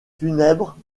funèbre